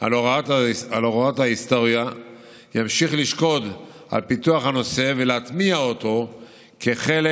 על הוראת ההיסטוריה ימשיך לשקוד על פיתוח הנושא ולהטמיע אותו כחלק